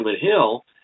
Hill